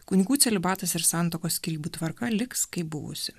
kunigų celibatas ir santuokos skyrybų tvarka liks kaip buvusi